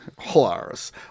Hilarious